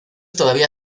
todavía